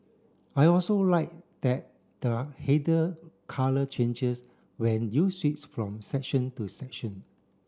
I also like that the header colour changes when you switch from section to section